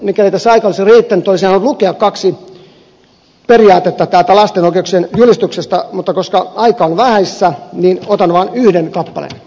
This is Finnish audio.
mikäli tässä aika olisi riittänyt olisin halunnut lukea kaksi periaatetta täältä lapsen oikeuksien julistuksesta mutta koska aika on vähissä niin otan vain yhden kappaleen